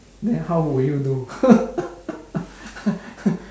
then how would you do